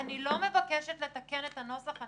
אני לא מבקשת לתקן את הנוסח,